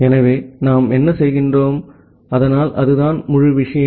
எனவே நாம் என்ன செய்கிறோம் அதனால் அதுதான் முழு விஷயம்